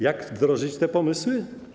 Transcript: Jak wdrożyć te pomysły?